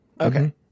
Okay